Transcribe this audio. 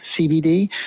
CBD